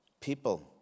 people